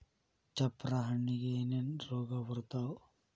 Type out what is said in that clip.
ಚಪ್ರ ಹಣ್ಣಿಗೆ ಏನೇನ್ ರೋಗ ಬರ್ತಾವ?